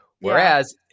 Whereas